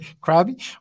crabby